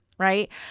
right